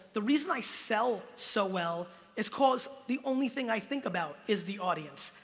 the reason i sell so well is cause the only thing i think about is the audience.